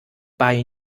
bei